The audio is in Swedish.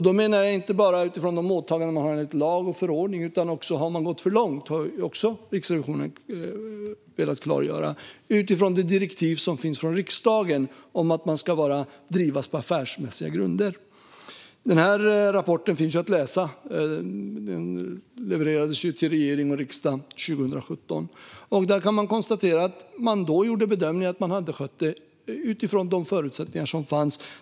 Då menar jag inte bara utifrån de åtaganden man har enligt lag och förordning, utan Riksrevisionen har även velat klargöra huruvida man har gått för långt utifrån det direktiv som finns från riksdagen om att bolaget ska drivas på affärsmässiga grunder. Denna rapport finns att läsa. Den levererades till regering och riksdag 2017. I den konstateras att bedömningen då var att man hade skött detta utifrån de förutsättningar som fanns.